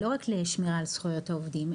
שאמרנו לא רק לשמירה על זכויות העובדים,